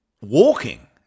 walking